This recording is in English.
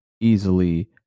easily